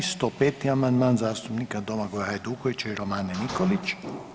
105. amandman, zastupnika Domagoja Hajdukovića i Romane Nikolić.